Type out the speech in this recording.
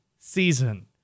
season